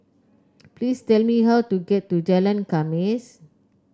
please tell me how to get to Jalan Khamis